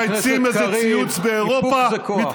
חבר הכנסת קריב, איפוק זה כוח.